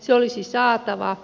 ne olisi saatava